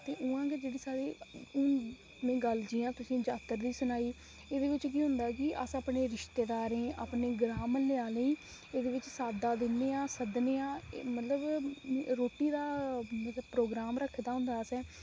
ते उ'आं गै जेह्ड़ी साढ़ी हुन मैं गल्ल जि'यां तुसें जात्तर दी सनाई एह्दे विच केह् होंदा कि अस अपने रिश्तेदारें अपने ग्रां म्हल्ले आह्लें एह्दे बिच साद्दा दिन्ने आं सद्दनेआं एह् मतलब रोटी दा मतलब प्रोग्राम रक्खे दा होंदा असें